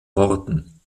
worten